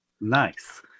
Nice